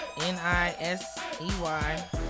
N-I-S-E-Y